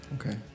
Okay